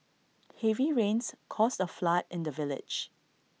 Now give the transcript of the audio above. heavy rains caused A flood in the village